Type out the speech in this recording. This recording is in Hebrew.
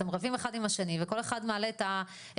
אתם רבים אחד עם השני וכל אחד מעלה את התעריפים.